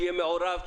שיהיה מעורב,